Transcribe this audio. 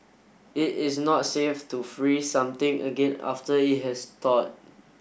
it is not safe to freeze something again after it has thawed